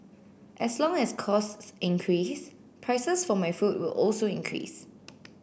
as long as costs increase prices for my food will also increase